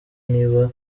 niba